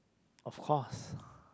of course